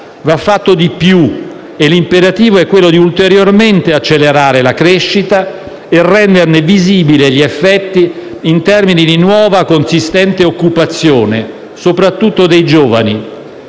Va fatto di più e l'imperativo è quello di ulteriormente accelerare la crescita e renderne visibili gli effetti in termini di nuova consistente occupazione, soprattutto dei giovani.